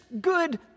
good